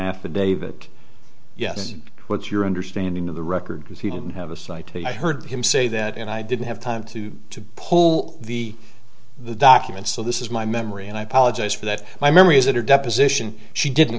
affidavit yes what's your understanding of the record because he didn't have a citation heard him say that and i didn't have time to to pull the the documents so this is my memory and i apologize for that my memory is that her deposition she didn't